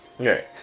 Okay